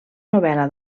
novel·la